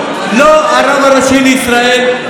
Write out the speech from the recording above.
לא הרב הראשי לישראל,